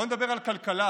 בואו נדבר על כלכלה.